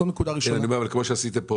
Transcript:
כמו שעשיתם כאן,